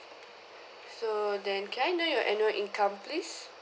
so then can I know your annual income please